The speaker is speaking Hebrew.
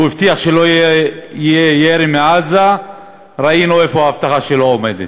הוא הבטיח שלא יהיה ירי מעזה ראינו איפה ההבטחה שלו עומדת,